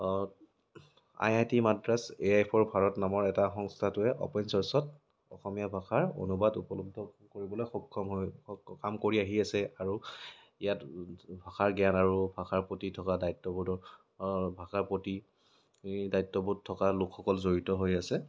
I I T Madras A I for Bharat নামৰ এটা সংস্থাটোৱে অপেন চৰ্চত অসমীয়া ভাষাৰ অনুবাদ উপলব্ধ কৰিবলৈ সক্ষম হয় হক কাম কৰি আহি আছে আৰু ইয়াত ভাষাৰ জ্ঞান আৰু ভাষাৰ প্ৰতি থকা দায়িত্ববোধৰ ভাষাৰ প্ৰতি এই দায়িত্ববোধ থকা লোকসকল জড়িত হৈ আছে